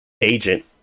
agent